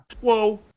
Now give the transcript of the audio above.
Whoa